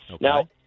Now